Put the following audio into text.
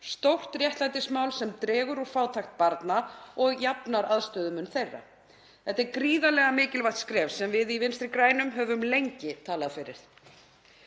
stórt réttlætismál sem dregur úr fátækt barna og jafnar aðstöðumun þeirra. Þetta er gríðarlega mikilvægt skref sem við í Vinstri grænum höfum lengi talað fyrir.